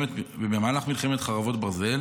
במהלך מלחמת חרבות ברזל